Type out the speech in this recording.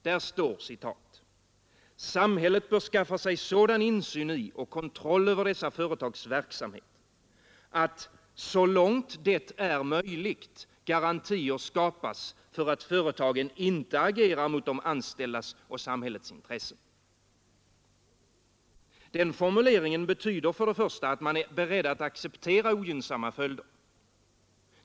Där står att ”samhället bör skaffa sig sådan insyn i och kontroll över de företags verksamhet att så långt det är möjligt garantier skapas för att företagen inte agerar mot de anställdas och samhällets intressen” Den formuleringen betyder för det första att man är beredd att acceptera ogynnsamma följder.